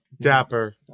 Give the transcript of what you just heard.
Dapper